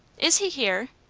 is he here?